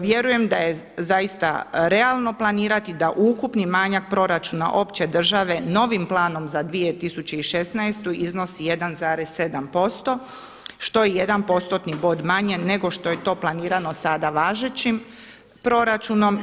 Vjerujem da je zaista realno planirati da ukupni manjak proračuna opće države novim planom za 2016. iznosi 1,7% što je jedan postotni bod manje nego što je to planirano sada važećim proračunom.